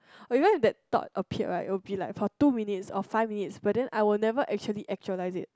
oh because if that thought appeared right it will be like for two minutes or five minutes but then I would never really actualize it